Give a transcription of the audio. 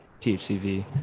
THCV